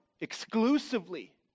Exclusively